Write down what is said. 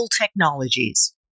technologies